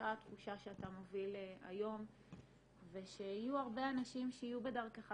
אותה תחושה שאתה מביא היום ושיהיו הרבה אנשים שיהיו בדרכך